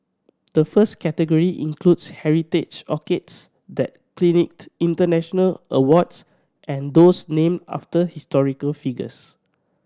the first category includes heritage orchids that clinched international awards and those named after historical figures